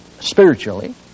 spiritually